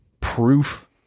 proof